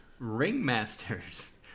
Ringmasters